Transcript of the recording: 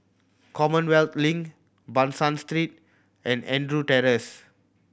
Commonwealth Link Ban San Street and Andrews Terrace